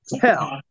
Hell